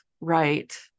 Right